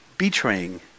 Betraying